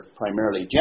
primarily